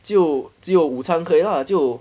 就只有午餐可以 lah 就